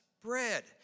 bread